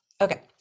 Okay